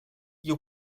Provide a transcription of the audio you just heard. you